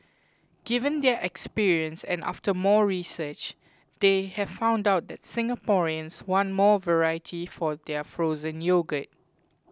given their experience and after more research they have found out that Singaporeans want more variety for their frozen yogurt